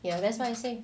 ya that's why I say